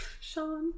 Sean